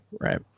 right